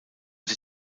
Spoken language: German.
sie